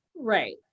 Right